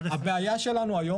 הבעיה שלנו היום